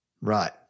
Right